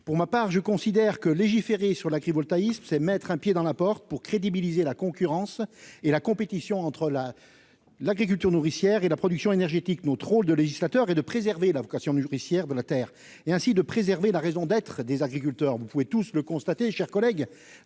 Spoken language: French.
Pour ma part, je considère que légiférer sur l'agrivoltaïsme, c'est mettre un pied dans la porte pour crédibiliser la compétition entre l'agriculture nourricière et la production énergétique. Notre rôle de législateur est de préserver la vocation nourricière de la terre et ainsi la raison d'être des agriculteurs. Vous pouvez tous constater, mes chers collègues,